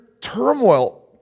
turmoil